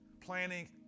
planning